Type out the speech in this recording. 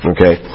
Okay